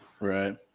right